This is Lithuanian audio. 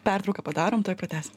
pertrauką padarom tuoj pratęsim